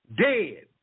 dead